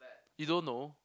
you don't know